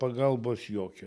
pagalbos jokio